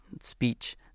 speech